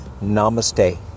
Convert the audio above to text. namaste